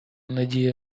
надія